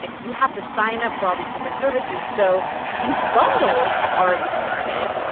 like you have to sign up for all these different services. so these bundles have already started,